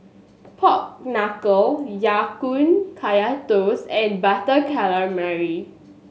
Pork Knuckle Ya Kun Kaya Toast and Butter Calamari